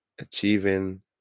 Achieving